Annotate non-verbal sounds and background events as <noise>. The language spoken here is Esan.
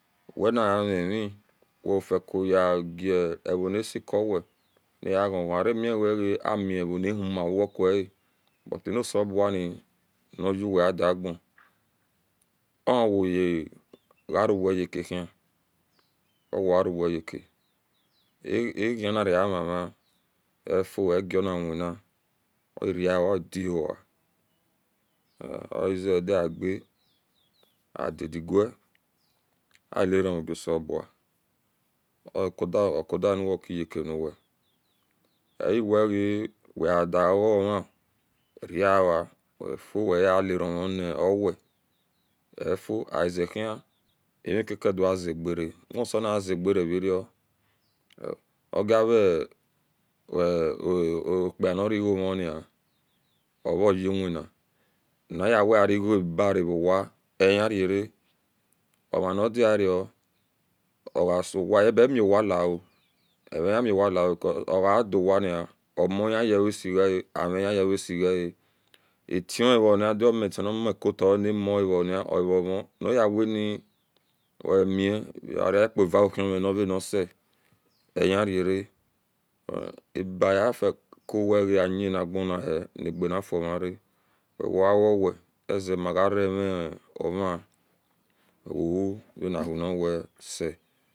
Wenavami wofuco yegie gainasikawe ega eghon eghon eiremiwega amivo niuhoma wino wekuha but anosebuan nuhyiwe adage owoa-a ruweyekahi owoa ruoyika ayenira-avnun efuo egona wina orawa ordihua oze-edinage adadigu alirumu yosele bua oco ocodao uya okiyeka uya euwege weadagegema we rava oufio weyiteramuyo we efio azehin amikake dozegera usi onzegeravero <hesitation> ogewe <hesitation> okpi kpa nari go muni ovouwi na nayawe ra-arga bara wowa enirara omanidio ogasowa evomiwalawo evami walawo cause ogadowani omohiye osigab arnye yosiga-e atwni nimekota o nimoyako ogamo niyewen weni ogaragie eva-uhi mganise ehirere <hesitation> abayef cowea aninageni hu nagana fuomara we woawowe ezema-armivn wuana whoni wase